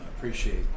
appreciate